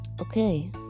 okay